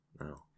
No